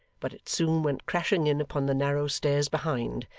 but it soon went crashing in upon the narrow stairs behind,